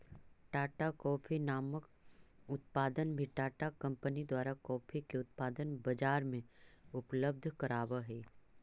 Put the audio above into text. Tata coffee नामक उत्पाद भी टाटा कंपनी द्वारा कॉफी के उत्पाद बजार में उपलब्ध कराब हई